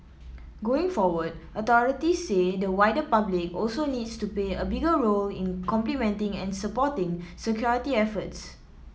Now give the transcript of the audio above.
going forward authorities say the wider public also needs to play a bigger role in complementing and supporting security efforts